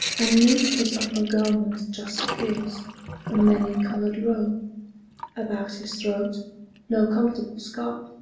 and neath his upper garment just appears a many-colored robe about his throat no comfortable scarf,